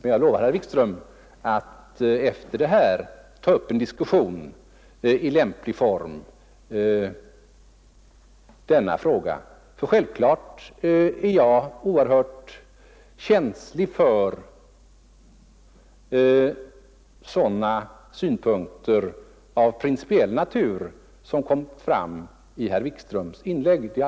Men jag lovar herr Wikström att efter detta ta upp en diskussion i lämplig form, eftersom jag självfallet är oerhört lyhörd för sådana synpunkter av principiell natur som kom fram i herr Wikströms inlägg.